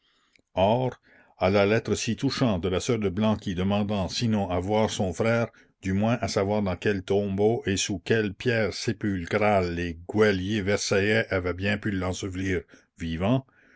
à la lettre si touchante de la sœur de blanqui demandant sinon à voir son frère du moins à savoir dans quel tombeau et sous quelle pierre sépulcrale les geôliers versaillais avaient bien pu l'ensevelir vivant